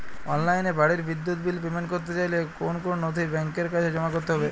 অনলাইনে বাড়ির বিদ্যুৎ বিল পেমেন্ট করতে চাইলে কোন কোন নথি ব্যাংকের কাছে জমা করতে হবে?